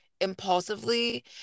impulsively